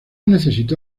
necesitó